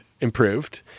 improved